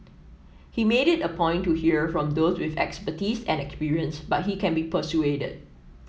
he made it a point to hear from those with expertise and experience but he can be persuaded